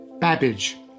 Babbage